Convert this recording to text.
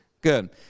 Good